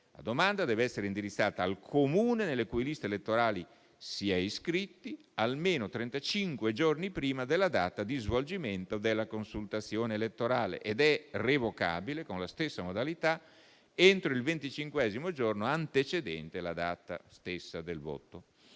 La domanda deve essere indirizzata al Comune nelle cui liste elettorali si è iscritti almeno trentacinque giorni prima della data di svolgimento della consultazione elettorale ed è revocabile con la stessa modalità entro il venticinquesimo giorno antecedente la data stessa del voto.